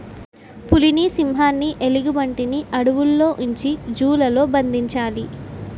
పులిని సింహాన్ని ఎలుగుబంటిని అడవుల్లో ఉంచి జూ లలో బంధించాలి